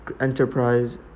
enterprise